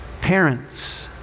parents